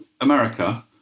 America